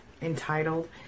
entitled